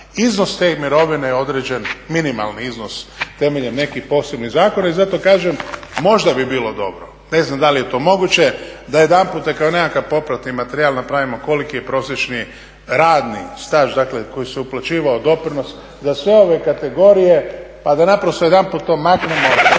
Iznos te mirovine je određene, minimalni iznos temeljem nekih posebnih zakona i zato kažem, možda bi bilo dobro, ne znam da li je to moguće da jedanput kada nekakav popratni materijal napravimo koliki je prosječni radni staž, dakle koji se uplaćivao u doprinose za sve ove kategorije pa da naprosto jedanput po maknemo